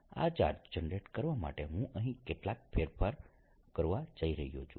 આ charge generate કરવા માટે હું અહીં કેટલાક ફેરફાર કરવા જઇ રહ્યો છું